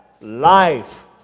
life